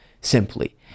simply